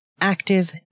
active